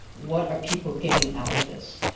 what are people getting out of this?